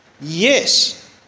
Yes